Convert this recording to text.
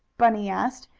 bunny asked,